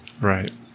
Right